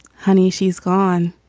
honey, she's gone.